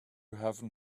heaven